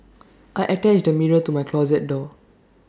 I attached A mirror to my closet door